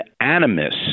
animus